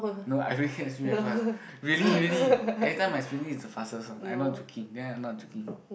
no I really can swim very fast really really every time my swimming is the fastest also I not joking there I not joking